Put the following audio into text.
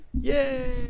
Yay